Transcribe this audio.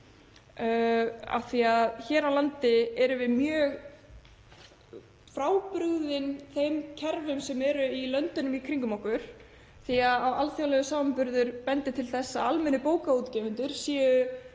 við með kerfi sem er mjög frábrugðið þeim kerfum sem eru í löndunum í kringum okkur því að alþjóðlegur samanburður bendir til þess að almennir bókaútgefendur séu